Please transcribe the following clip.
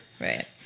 Right